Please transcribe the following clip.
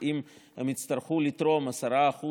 אם הן יצטרכו לתרום 10%